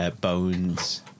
bones